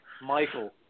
Michael